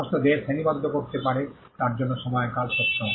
সমস্ত দেশ শ্রেণিবদ্ধ করতে পারে তার জন্য সময়কাল সত্য